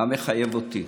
מה מחייב אותי?